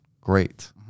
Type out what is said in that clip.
Great